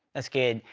that's good.